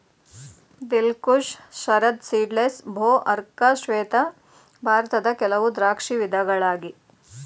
ದಿಲ್ Khush, Sharad seedless, ಭೋ, ಅರ್ಕ ಶ್ವೇತ ಭಾರತದ ಕೆಲವು ದ್ರಾಕ್ಷಿ ವಿಧಗಳಾಗಿ